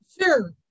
Sure